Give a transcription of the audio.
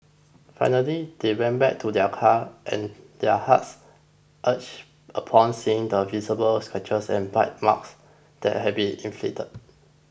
finally they went back to their car and their hearts ached upon seeing the visible scratches and bite marks that had been inflicted